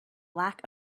lack